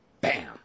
Bam